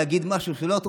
להגיד משהו שלא טוב,